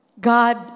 God